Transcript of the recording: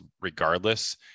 regardless